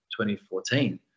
2014